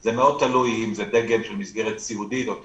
זה מאוד תלוי אם זה דגם של מסגרת סיעודית או טיפולית,